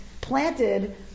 planted